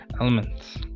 elements